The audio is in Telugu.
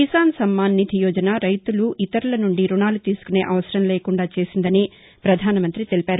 కిసాన్ సమ్మాన్ నిధి యోజన రైతులు ఇతరుల నుండి రుణాలు తీసుకునే అవసరం లేకుండా చేసిందని ప్రధానమంత్రి తెలిపారు